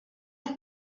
have